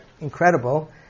incredible